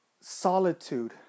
solitude